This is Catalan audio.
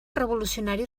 revolucionari